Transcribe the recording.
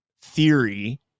theory